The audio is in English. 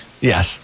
Yes